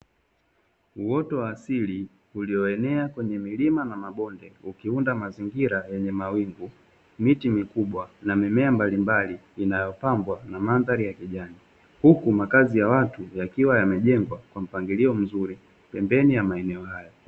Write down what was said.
Uoto wa asili ulioenea kwenye milima na mabonde ukiunda mazingira yenye mawingu, miti mikubwa na mimea mbalimbali inayopambwa na mandhari ya kijani huku makazi ya watu yakiwa yamejengwa kwa mpangilio mzuri pembeni ya maeneo hayo.